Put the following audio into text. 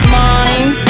mind